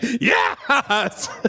yes